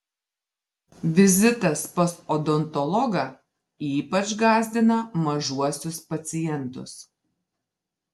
vizitas pas odontologą ypač gąsdina mažuosius pacientus